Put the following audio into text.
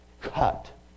cut